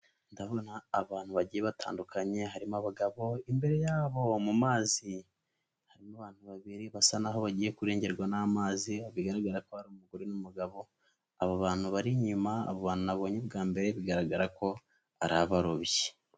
Ndabona abantu bagiye batandukanye harimo abagabo, imbere yabo mu mazi harimo abantu babiri basa n'aho bagiye kurengerwa n'amazi bigaragara ko ari umugore n'umugabo, abo bantu bari inyuma abo bantu nabonye bwa mbere bigaragara ko ari abarobyi.